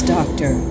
Doctor